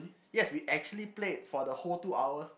yes we actually played for the whole two hours